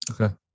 Okay